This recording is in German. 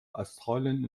australien